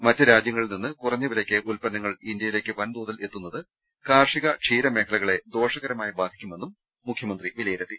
മറ്റ് രാജ്യങ്ങളിൽ നിന്ന് കുറഞ്ഞ വിലയ്ക്ക് ഉല്പന്നങ്ങൾ ഇന്ത്യയിലേക്ക് വൻതോതിൽ എത്തു ന്നത് കാർഷിക ക്ഷീര മേഖലകളെ ദോഷക്രമായി ബാധിക്കുമെന്നും മുഖ്യ മന്ത്രി വിലയിരുത്തി